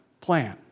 plan